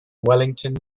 wellington